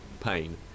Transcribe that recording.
pain